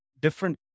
different